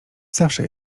zawsze